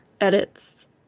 edits